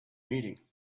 meeting